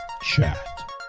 Chat